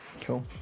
cool